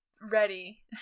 ready